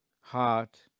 heart